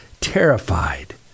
terrified